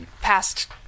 past